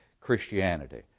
Christianity